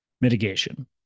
mitigation